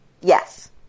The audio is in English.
Yes